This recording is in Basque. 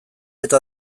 eta